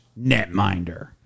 netminder